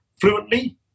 fluently